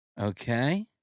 Okay